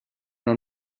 una